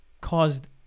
caused